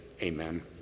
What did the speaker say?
Amen